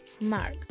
Mark